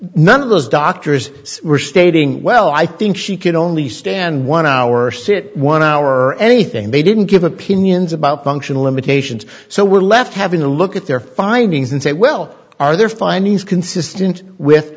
none of those doctors were stating well i think she could only stand one hour sit one hour anything they didn't give opinions about functional limitations so we're left having a look at their findings and say well are there findings consistent with